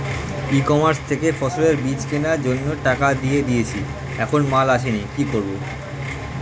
ই commerce থেকে ফসলের বীজ কেনার জন্য টাকা দিয়ে দিয়েছি এখনো মাল আসেনি কি করব?